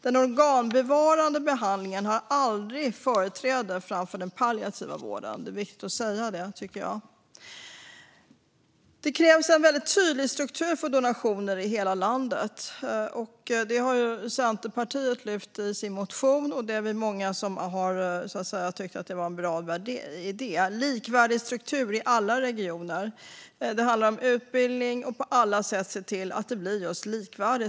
Den organbevarande behandlingen har aldrig företräde framför den palliativa vården; jag tycker att det är viktigt att säga det. Det krävs en väldigt tydlig struktur för donationer i hela landet. Detta har Centerpartiet lyft fram i sin motion, och vi är många som har tyckt att det var en bra idé. Det bör också finnas en likvärdig struktur i alla regioner. Det handlar om utbildning och om att på alla sätt se till att det blir just likvärdigt.